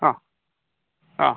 ആ ആ